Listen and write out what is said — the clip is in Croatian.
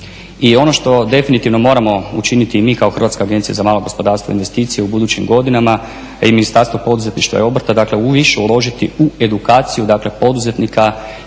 I ono što definitivno moramo učiniti i mi kao Hrvatska agencija za malo gospodarstvo i investicije u budućim godinama a i Ministarstvo poduzetništva i obrta dakle više uložiti u edukaciju dakle poduzetnika